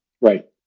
Right